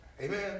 Amen